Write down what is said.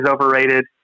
overrated